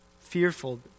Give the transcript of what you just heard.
fearful